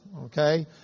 okay